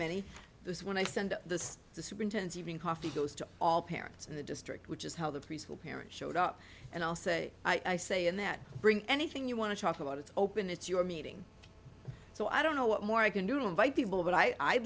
those when i send this to superintend even coffee goes to all parents in the district which is how the preschool parents showed up and i'll say i say in that bring anything you want to talk about it's open it's your meeting so i don't know what more i can do to invite people but i